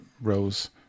rows